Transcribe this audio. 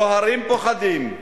סוהרים פוחדים,